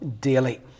daily